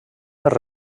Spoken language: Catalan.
per